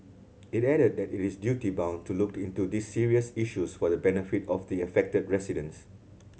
it added that it is duty bound to look into these serious issues for the benefit of the affected residents